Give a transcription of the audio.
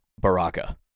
Baraka